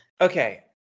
Okay